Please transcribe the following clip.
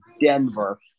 Denver